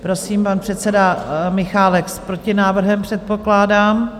Prosím, pan předseda Michálek s protinávrhem, předpokládám.